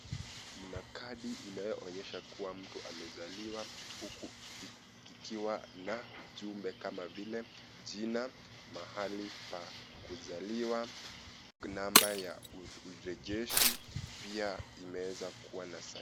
Mna kadi inayoonyesha kuwa mtu amezaliwa huku ikiwa na ujumbe kama vile jina mahali pa kuzaliwa namba ya urejeshi pia imeweza kuwa na sahihi.